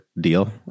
deal